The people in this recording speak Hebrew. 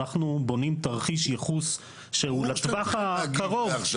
אנחנו בונים תרחיש ייחוס שהוא לטווח הקרוב.